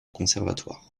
conservatoire